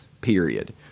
period